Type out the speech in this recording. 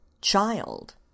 child